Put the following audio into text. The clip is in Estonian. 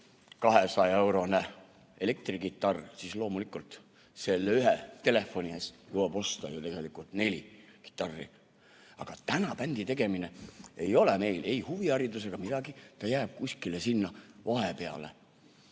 200-eurone elektrikitarr, siis loomulikult – ühe telefoni raha eest jõuab osta ju tegelikult neli kitarri. Aga bändi tegemine ei ole meil ei huviharidus ega midagi, ta jääb kuskile sinna vahepeale.